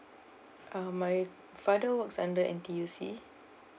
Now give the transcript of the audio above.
uh my father works under N_T_U_C